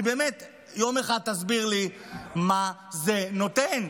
יום אחד תסביר לי מה זה נותן.